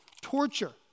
torture